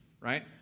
Right